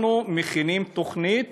אנחנו מכינים תוכנית